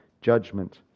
judgment